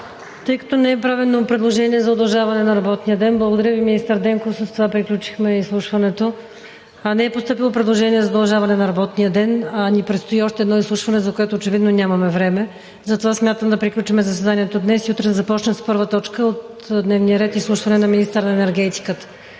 Тъй като не е правено предложение за удължаване на работния ден, благодаря Ви министър Денков. С това приключихме изслушването. Не е постъпило предложение за удължаване на работния ден, а ни предстои още едно изслушване, за което очевидно нямаме време. Затова смятам да приключим заседанието днес. Утре да започнем с първа точка от дневния ред – изслушване на министъра на енергетиката.